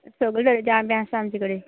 सगळे तरेचे आंबे आसता आमचें कडेन